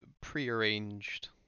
pre-arranged